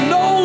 no